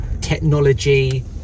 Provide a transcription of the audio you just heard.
technology